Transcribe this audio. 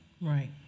Right